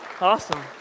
Awesome